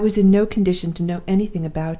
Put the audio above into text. but i was in no condition to know anything about it.